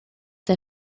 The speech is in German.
der